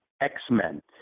X-Men